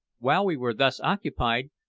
while we were thus occupied,